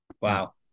Wow